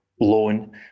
loan